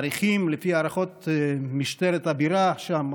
לפי הערכות משטרת הבירה שם,